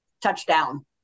touchdown